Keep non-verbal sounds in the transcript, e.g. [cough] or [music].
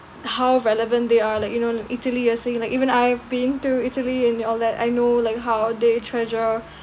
how relevant they are like you know italy a see like even I've been to italy and all that I know like how they treasure [breath]